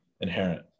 inherent